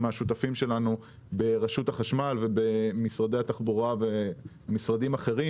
השותפים שלנו ברשות החשמל ובמשרדי התחבורה והמשרדים האחרים.